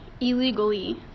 illegally